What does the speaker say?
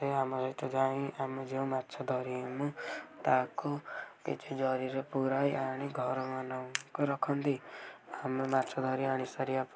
ସେ ଆମ ସହିତ ଯାଇଁ ଆମେ ଯେଉଁ ମାଛ ଧରିମୁ ତାକୁ କିଛି ଜରିରେ ପୁରାଇ ଆଣି ଘର ମାନଙ୍କରେ ରଖନ୍ତି ଆମେ ମାଛ ଧରି ଆଣିସାରିବା ପ